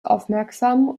aufmerksam